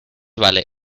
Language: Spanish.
vale